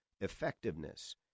effectiveness